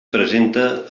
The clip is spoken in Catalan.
presenta